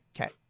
okay